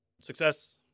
Success